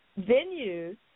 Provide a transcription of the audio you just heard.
venues